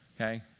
Okay